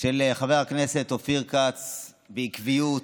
של חבר הכנסת אופיר כץ בעקביות,